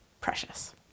precious